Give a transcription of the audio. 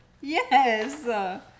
Yes